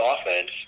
offense